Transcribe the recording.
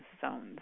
zones